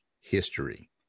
history